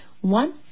one